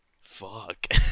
fuck